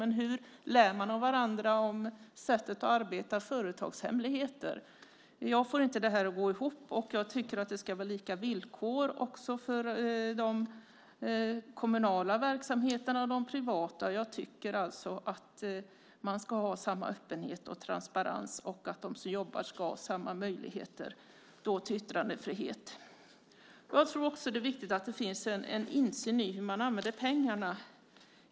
Men hur lär man av varandra om sättet att arbeta om det är företagshemligheter? Jag får det inte att gå ihop. Jag tycker att det ska vara lika villkor för de kommunala verksamheterna och de privata. Jag tycker alltså att man ska ha samma öppenhet och transparens och att de som jobbar ska ha samma möjligheter till yttrandefrihet. Det är också viktigt att det finns en insyn i hur man använder pengarna.